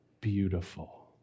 beautiful